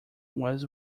was